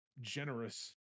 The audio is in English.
generous